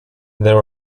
there